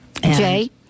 Jay